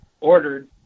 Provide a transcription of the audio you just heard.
ordered